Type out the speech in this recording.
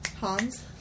Hans